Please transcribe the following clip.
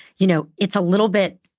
you know, it's a little bit